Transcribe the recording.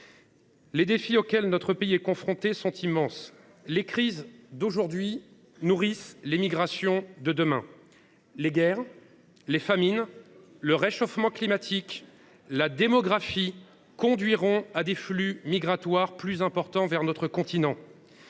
Les défis auxquels notre pays est confronté sont immenses. Les crises d’aujourd’hui nourrissent l’émigration de demain. Les guerres, les famines, le réchauffement climatique, les évolutions démographiques entraîneront des flux migratoires plus importants vers notre continent.